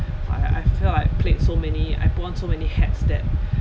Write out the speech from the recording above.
I I felt like I played so many I put on so many hats that